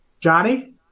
Johnny